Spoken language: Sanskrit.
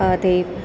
अ ते